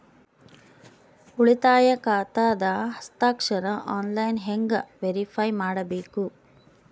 ಉಳಿತಾಯ ಖಾತಾದ ಹಸ್ತಾಕ್ಷರ ಆನ್ಲೈನ್ ಹೆಂಗ್ ವೇರಿಫೈ ಮಾಡಬೇಕು?